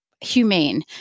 humane